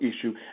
issue